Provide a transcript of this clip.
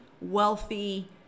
wealthy